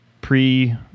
pre